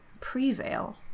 Prevail